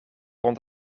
rond